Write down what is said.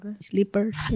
slippers